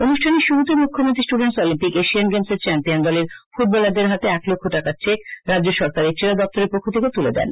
অনু ষ্ঠানের শুরুতে মু খ্যমন্ত্রী এশিয়ান গেমসে চ্যাম্পিয়ন দলের ফু টবলারদের হাতে এক লক্ষ টাকার চেক রাজ্য সরকারের ক্রীড়া দপ্তরের পক্ষ থেকে তু লে দেন